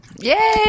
Yay